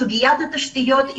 סוגיה אחרת התשתיות.